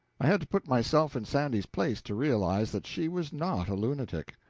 i had to put myself in sandy's place to realize that she was not a lunatic.